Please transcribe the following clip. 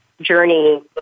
journey